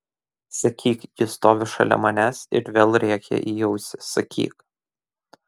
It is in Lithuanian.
sakyk ji stovi šalia manęs ir vėl rėkia į ausį sakyk